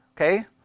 Okay